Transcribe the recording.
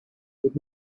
with